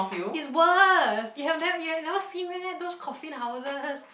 is worse you have ne~ you have never seen meh those coffin houses